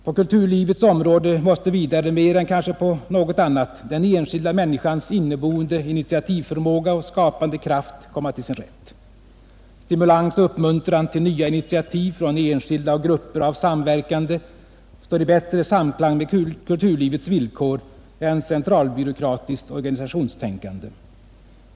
På kulturlivets område måste vidare mer än kanske på något annat den enskilda människans inneboende initiativförmåga och skapande kraft komma till sin rätt. Stimulans och uppmuntran till nya initiativ från enskilda och grupper av samverkande står i bättre samklang med kulturlivets villkor än centralbyråkratiskt organisationstänkande.